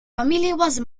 files